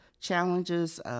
challenges